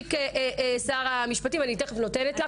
שהשיק שר המשפטים ------ אני תיכף נותנת לך.